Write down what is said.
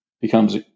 becomes